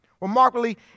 Remarkably